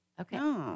Okay